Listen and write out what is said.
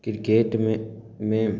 क्रिकेटमे